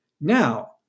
Now